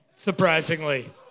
surprisingly